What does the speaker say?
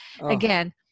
again